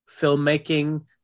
filmmaking